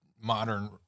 modern